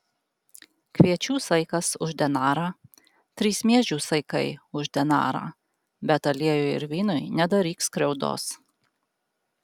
kviečių saikas už denarą trys miežių saikai už denarą bet aliejui ir vynui nedaryk skriaudos